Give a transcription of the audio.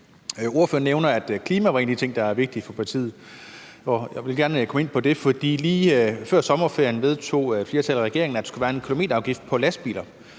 Ordføreren nævner, at klima er en af de ting, der er vigtige for partiet, og jeg vil gerne komme ind på det. For lige før sommerferien vedtog flertallet med regeringen, at der skulle være en kilometerafgift på lastbiler.